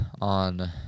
on